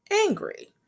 angry